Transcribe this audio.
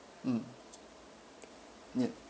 mm yeah